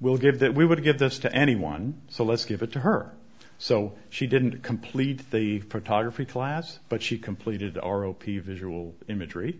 we'll give that we would give this to anyone so let's give it to her so she didn't complete the photography class but she completed our o p visual imagery